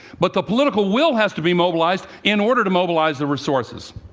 but the political will has to be mobilized, in order to mobilize the resources.